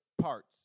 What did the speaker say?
parts